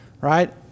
right